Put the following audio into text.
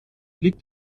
liegt